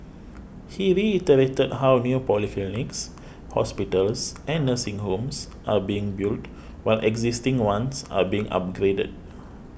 he reiterated how new polyclinics hospitals and nursing homes are being built while existing ones are being upgraded